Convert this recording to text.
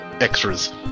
extras